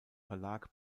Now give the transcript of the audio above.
verlag